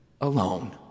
alone